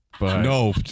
No